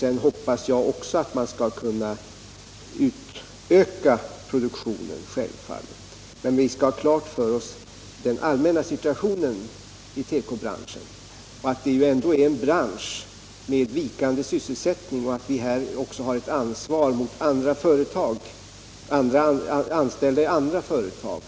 Sedan hoppas självfallet jag också att produktionen skall kunna ökas. Men vi skall ha den allmänna situationen i tekobranschen klar för oss — det är ju en bransch med vikande sysselsättning. Vi har också ett ansvar för anställda i andra företag.